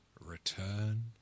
Return